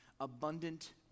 abundant